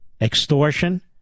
extortion